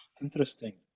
Interesting